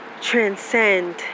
transcend